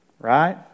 right